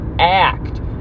act